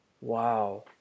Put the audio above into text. Wow